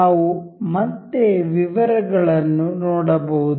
ನಾವು ಮತ್ತೆ ವಿವರಗಳನ್ನು ನೋಡಬಹುದು